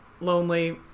lonely